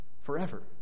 forever